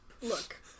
Look